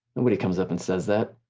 nobody comes up and says that.